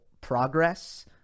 progress